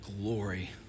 glory